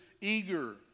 eager